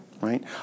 right